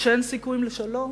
שאין סיכוי לשלום?